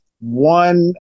one